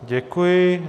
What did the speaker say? Děkuji.